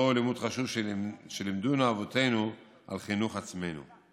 אותו לימוד חשוב שלימדונו אבותינו על חינוך עצמנו.